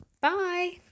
bye